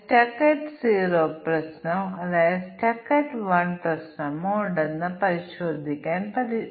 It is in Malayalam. ഞങ്ങൾ തീരുമാന പട്ടിക തയ്യാറാക്കി കഴിഞ്ഞാൽ ഓരോ നിരയും ഒരു ടെസ്റ്റ് കേസായി മാറുന്നുവെന്ന് നമുക്ക് തീരുമാന പട്ടിക പരിശോധന പ്രയോഗിക്കാൻ കഴിയും